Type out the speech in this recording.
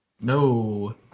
No